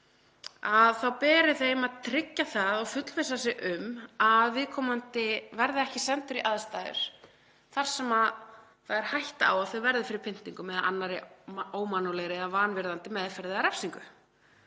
eigin beri þeim að tryggja það og fullvissa sig um að viðkomandi verði ekki sendur í aðstæður þar sem hætta er á að hann verði fyrir pyndingum eða annarri ómannúðlegri eða vanvirðandi meðferð eða refsingu.